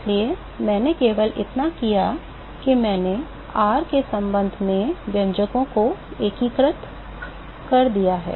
इसलिए मैंने केवल इतना किया है कि मैंने r के संबंध में व्यंजकों को एकीकृत कर दिया है